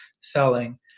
selling